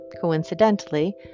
coincidentally